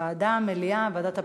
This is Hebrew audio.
ועדה, מליאה, ועדת הפנים?